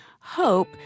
hope